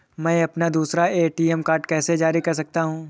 मैं अपना दूसरा ए.टी.एम कार्ड कैसे जारी कर सकता हूँ?